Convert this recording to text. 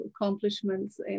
accomplishments